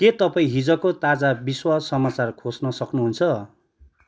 के तपाईँ हिजको ताजा विश्व समाचार खोज्न सक्नुहुन्छ